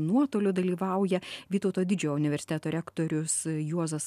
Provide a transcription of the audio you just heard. nuotoliu dalyvauja vytauto didžiojo universiteto rektorius juozas